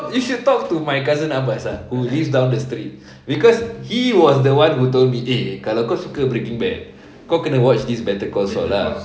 you should talk to my cousin abbas ah who lives down the street cause he was the one who told me eh kalau kau suka breaking bad kau kena watch this better call saul lah